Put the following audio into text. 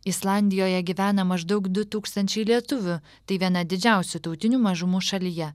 islandijoje gyvena maždaug du tūkstančiai lietuvių tai viena didžiausių tautinių mažumų šalyje